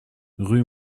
rue